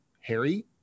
Harry